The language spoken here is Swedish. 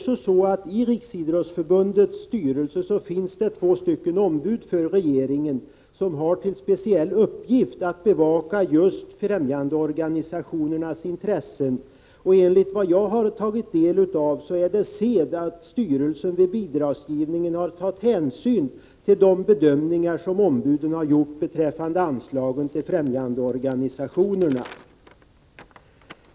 I Riksidrottsförbundets styrelse finns det två ombud för regeringen som har till speciell uppgift att bevaka just främjandeorganisationernas intressen. Enligt vad jag har tagit del av är det sed att styrelsen vid bidragsgivningen tar hänsyn till de bedömningar som ombuden har gjort beträffande anslagen till främjandeorganisationerna.